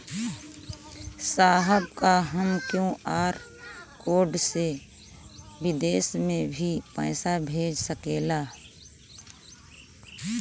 साहब का हम क्यू.आर कोड से बिदेश में भी पैसा भेज सकेला?